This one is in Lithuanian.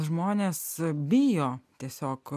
žmonės bijo tiesiog